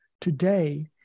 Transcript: today